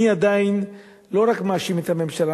אני עדיין לא רק מאשים את הממשלה,